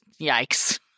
yikes